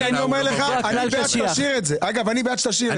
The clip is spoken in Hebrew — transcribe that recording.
אני אומר לך, אני בעד שתשאיר את זה.